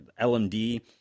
LMD